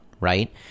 right